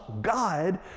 God